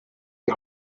die